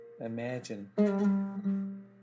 imagine